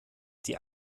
die